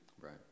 Right